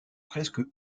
presque